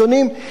גם אז,